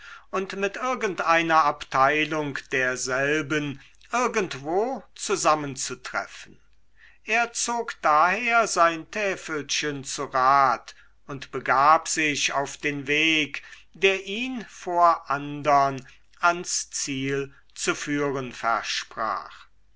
und mit irgendeiner abteilung derselben irgendwo zusammenzutreffen er zog daher sein täfelchen zu rat und begab sich auf den weg der ihn vor andern ans ziel zu führen versprach